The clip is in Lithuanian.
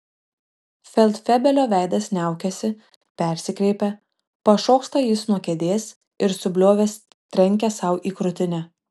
feldfebelio veidas niaukiasi persikreipia pašoksta jis nuo kėdės ir subliovęs trenkia sau į krūtinę